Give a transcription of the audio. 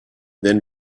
then